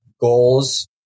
goals